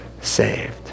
saved